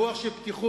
ברוח של פתיחות?